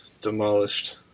demolished